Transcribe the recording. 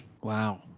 wow